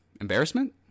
Embarrassment